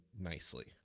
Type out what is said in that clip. nicely